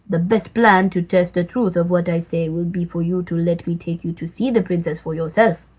the best plan to test the truth of what i say will be for you to let me take you to see the princess for yourself.